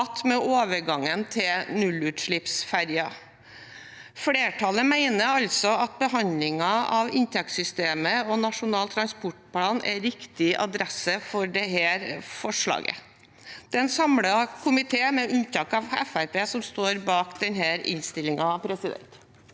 med overgangen til nullutslippsferjer. Flertallet mener altså at behandlingen av inntektssystemet og Nasjonal transportplan er riktig adresse for dette forslaget. Det er en samlet komité, med unntak av Fremskrittspartiet, som står bak denne innstillingen.